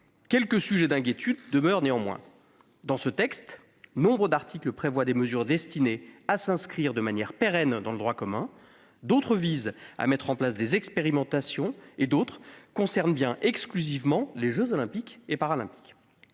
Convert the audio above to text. quelques sujets d'inquiétude demeurent. Ainsi, nombre d'articles de ce texte prévoient des mesures destinées à s'inscrire de manière pérenne dans le droit commun ; d'autres visent à mettre en place des expérimentations et d'autres encore concernent bien exclusivement les jeux Olympiques et Paralympiques.